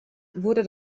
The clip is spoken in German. wurde